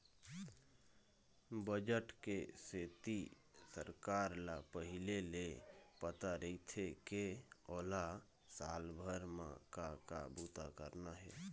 budget के सेती सरकार ल पहिली ले पता रहिथे के ओला साल भर म का का बूता करना हे